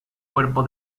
cuerpo